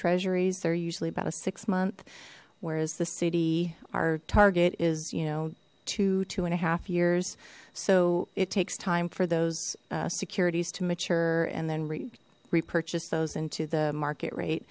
treasuries they're usually about a six month whereas the city our target is you know two two and a half years so it takes time for those securities to mature and then we purchase those into the market rate